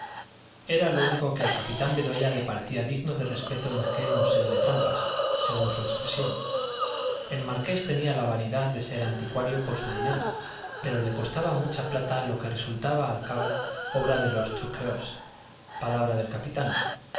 era lo único que al capitán bedoya le parecía digno de respeto en aquel museo de trampas según su expresión el marqués tenía la vanidad de ser anticuario por su dinero pero le costaba mucha plata lo que resultaba al cabo obra de los truqueurs palabra del capitán